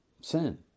sin